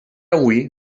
avui